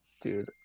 dude